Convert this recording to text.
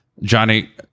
johnny